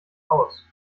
aus